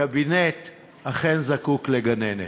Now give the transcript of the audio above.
הקבינט אכן זקוק לגננת.